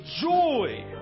joy